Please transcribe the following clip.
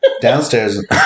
downstairs